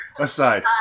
Aside